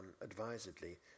advisedly